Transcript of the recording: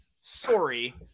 Sorry